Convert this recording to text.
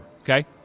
Okay